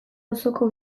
auzoko